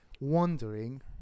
wondering